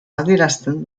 adierazten